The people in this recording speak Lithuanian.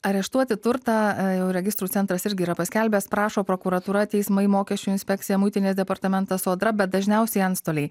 areštuoti turtą e jau registrų centras irgi yra paskelbęs prašo prokuratūra teismai mokesčių inspekcija muitinės departamentas sodra bet dažniausiai antstoliai